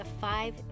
five